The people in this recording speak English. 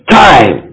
time